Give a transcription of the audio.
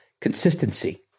Consistency